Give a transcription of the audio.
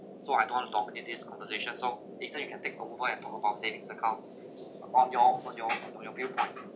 so I don't want to talk only this conversation so next time you can take over point and talk about savings account about your from your from your view point